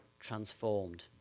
transformed